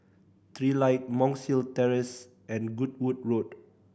Trilight Monk's Hill Terrace and Goodwood Road